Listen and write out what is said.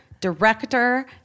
director